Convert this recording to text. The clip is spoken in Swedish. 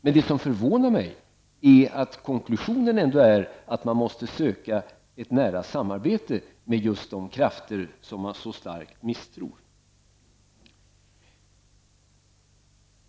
Men det som förvånar mig är att konklusionen ändå är att man måste söka ett nära samarbete med just de krafter som man så starkt misstror.